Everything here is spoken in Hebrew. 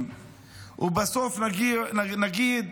ובסוף נגיד: